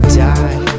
die